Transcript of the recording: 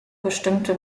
bestimmte